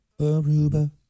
Aruba